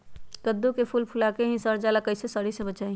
कददु के फूल फुला के ही सर जाला कइसे सरी से बचाई?